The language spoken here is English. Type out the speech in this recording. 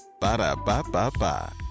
Ba-da-ba-ba-ba